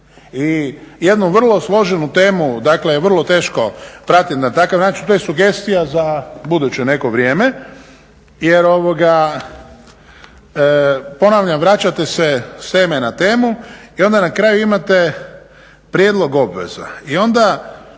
I jednu vrlo složenu temu dakle vrlo teško pratiti na takav način to je sugestija za buduće neko vrijeme jer ponavljam vraćate s teme na temu i onda na kraju imate prijedlog obveza.